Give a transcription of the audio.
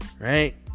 right